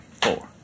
four